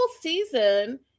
season